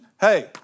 hey